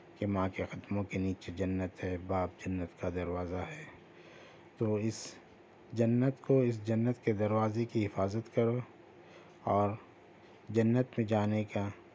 کہ ماں کے قدموں کے نیچے جنت ہے باپ جنت کا دروازہ ہے تو اس جنت کو اس جنت کے دروازے کی حفاظت کرو اور جنت میں جانے کا